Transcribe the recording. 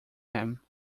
him